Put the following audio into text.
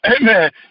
Amen